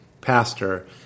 pastor